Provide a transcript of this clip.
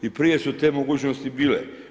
I prije su te mogućnosti bile.